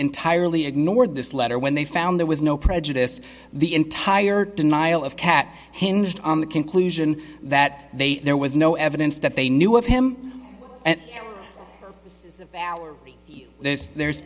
entirely ignored this letter when they found there was no prejudice the entire denial of cat hinged on the conclusion that they there was no evidence that they knew of him and this there's